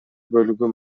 бөлүгү